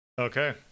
Okay